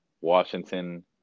Washington